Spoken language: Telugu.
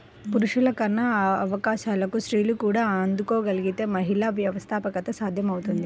పురుషులకున్న అవకాశాలకు స్త్రీలు కూడా అందుకోగలగితే మహిళా వ్యవస్థాపకత సాధ్యమవుతుంది